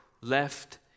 left